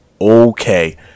Okay